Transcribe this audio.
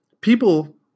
people